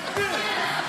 התשפ"ג 2023,